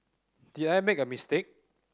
did I make a mistake